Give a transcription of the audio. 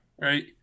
right